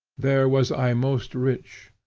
there was i most rich.